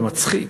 זה מצחיק,